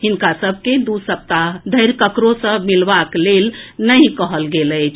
हिनका सभ के दू सप्ताह धरि ककरो सॅ मिलबाक लेल नहि कहल गेल अछि